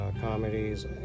comedies